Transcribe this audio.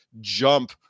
jump